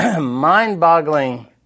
mind-boggling